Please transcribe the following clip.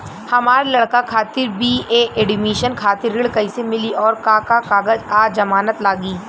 हमार लइका खातिर बी.ए एडमिशन खातिर ऋण कइसे मिली और का का कागज आ जमानत लागी?